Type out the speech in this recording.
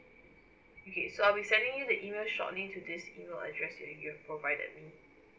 okay so I'll be sending you the email shortly to this email address you you've provided